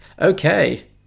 Okay